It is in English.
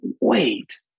wait